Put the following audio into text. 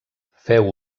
féu